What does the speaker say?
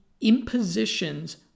impositions